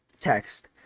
text